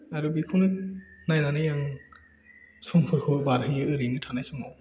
आरो बेखौनो नायनानै आं समफोरखौ बारहोयो ओरैनो थानाय समाव